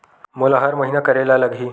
मोला हर महीना करे ल लगही?